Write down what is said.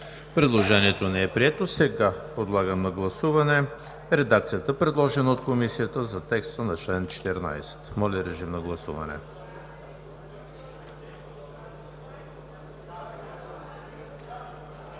Предложението не е прието. Сега подлагам на гласуване редакцията, предложена от Комисията за текста на чл. 14. Гласували